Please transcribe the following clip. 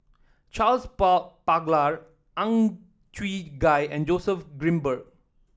Charles Paglar Ang Chwee Chai and Joseph Grimberg